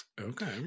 Okay